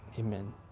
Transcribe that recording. Amen